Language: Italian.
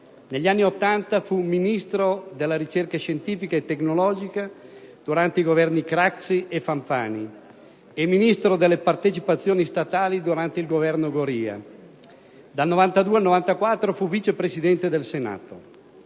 Negli anni Ottanta, fu Ministro della ricerca scientifica e tecnologica durante i Governi Craxi e Fanfani e Ministro delle partecipazioni statali durante il Governo Goria. Dal 1992 al 1994 fu Vice Presidente del Senato.